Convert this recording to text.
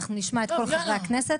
אנחנו נשמע את כל חברי הכנסת.